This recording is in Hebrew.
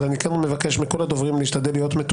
אבל אני כן מבקש מכל הדוברים להיות מתומצתים.